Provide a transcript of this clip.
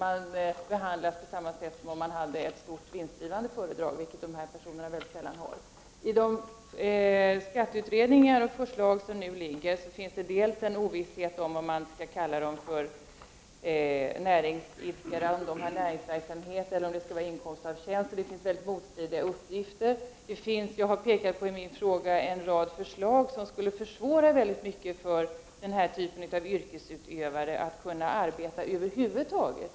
De behandlas på samma sätt som stora, vinstgivande företag, vilket det mycket sällan är fråga om. I de förslag från skatteutredningarna som nu föreligger finns en ovisshet om huruvida dessa personer skall anses driva näringsverksamhet eller skall anses ha inkomst av tjänst. Det är mycket motstridiga uppgifter om detta. Jag har i min fråga pekat på en rad förslag som skulle försvåra för denna typ av yrkesutövare att arbeta över huvud taget.